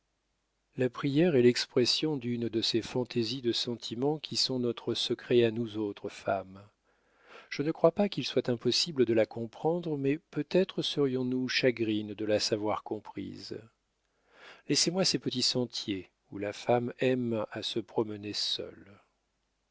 ma prière est l'expression d'une de ces fantaisies de sentiment qui sont notre secret à nous autres femmes je ne crois pas qu'il soit impossible de la comprendre mais peut-être serions-nous chagrines de la savoir comprise laissez-moi ces petits sentiers où la femme aime à se promener seule